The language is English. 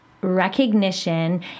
recognition